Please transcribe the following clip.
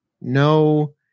no